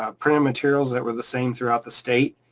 ah printed materials that were the same throughout the state.